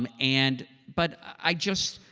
um and. but i just.